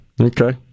Okay